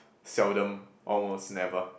seldom almost never